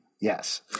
Yes